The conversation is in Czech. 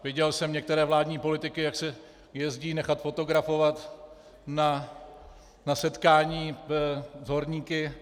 Viděl jsem některé vládní politiky, jak se jezdí nechat fotografovat na setkání s horníky.